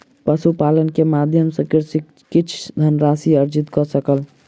पशुपालन के माध्यम सॅ कृषक किछ धनराशि अर्जित कय सकल